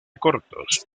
cortos